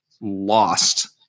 lost –